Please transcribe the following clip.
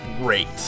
great